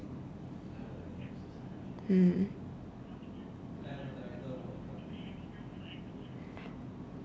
mm